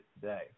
today